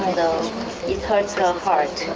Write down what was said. it hurts her heart.